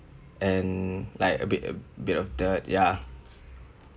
and like a bit a bit of dirt ya